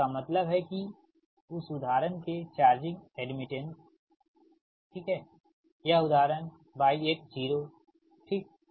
तो इसका मतलब है कि उस उदाहरण के चार्जिंग एड्मिटेंस ठीक है यह उदाहरण Y 10 ठीक